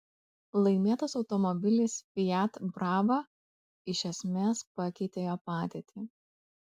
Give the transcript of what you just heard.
laimėtas automobilis fiat brava iš esmės pakeitė jo padėtį